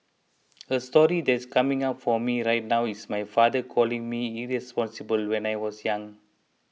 a story that's coming up for me right now is my father calling me irresponsible when I was young